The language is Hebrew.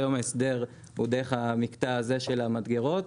היום ההסדר הוא דרך המקטע הזה של המדגרות.